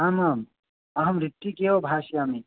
आम् आम् अहं ऋत्विक् एव भाषयामि